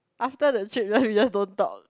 after the trip right we just don't talk